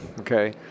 Okay